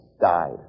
died